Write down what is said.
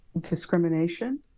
discrimination